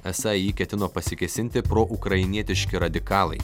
esą į jį ketino pasikėsinti pro ukrainietiški radikalai